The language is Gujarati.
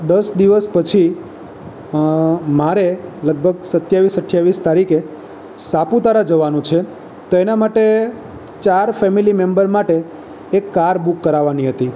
દસ દિવસ પછી મારે લગભગ સત્યાવીસ અઠ્ઠાવીસ તારીખે સાપુતારા જવાનું છે તો એના માટે ચાર ફેમિલી મેમ્બર માટે એક કાર બુક કરાવવાની હતી